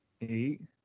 Eight